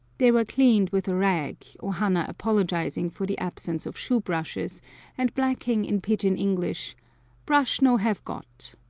they were cleaned with a rag, o-hanna apologizing for the absence of shoe-brushes and blacking in pidgeon english brush no have got.